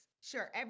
Sure